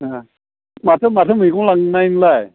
ए माथो माथो मैगं लांनाय नोंलाय